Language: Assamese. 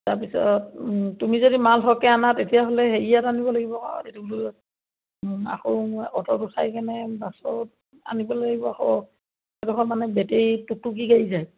তাৰপিছত তুমি যদি মাল সৰহকৈ আনা তেতিয়াহ'লে হেৰিয়াত আনিব লাগিব আকৌ এইটো কি বুলি কয় আকৌনো অ'টত উঠাই কেনে বাছত আনিবলৈ লাগিব আকৌ সেইডোখৰত মানে বেটেৰী টুকটুকী গাড়ী যে